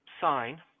sign